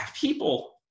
people